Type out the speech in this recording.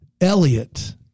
Elliot